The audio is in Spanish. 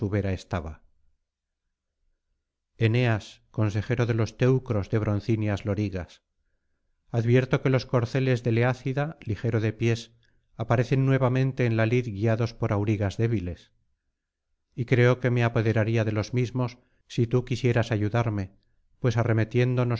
estaba eneas consejero de los teucros de broncíneas lorigas advierto que los corceles del eácida ligero de pies aparecen nuevamente en la lid guiados por aurigas débiles y creo que me apoderaría de los mismos si tú quisieras ayudarme pues arremetiendo